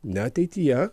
ne ateityje